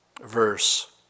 verse